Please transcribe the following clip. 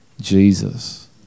Jesus